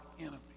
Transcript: enemy